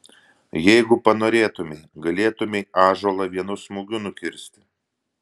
jeigu panorėtumei galėtumei ąžuolą vienu smūgiu nukirsti